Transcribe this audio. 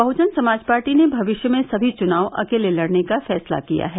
बहुजन Samaj party ने भविष्य में सभी चुनाव अकेले लड़ने का फैसला किया है